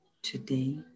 Today